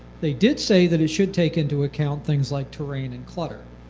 they did say that it should take into account things like terrain and clutter.